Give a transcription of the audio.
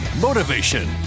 motivation